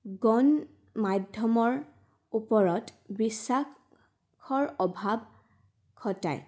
গণমাধ্যমৰ ওপৰত বিশ্বাসৰ অভাৱ ঘটায়